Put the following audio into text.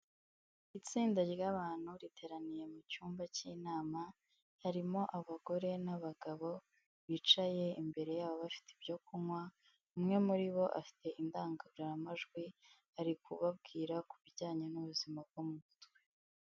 Itsinda ry'abantu riteraniye mu cyumba cy'inama harimo abagore n'abagabo bicaye imbere yabo bafite ibyo kunywa, umwe muri bo afite indangururamajwi ari kubabwira ku bijyanye n'ubuzima bwo mu mutwe.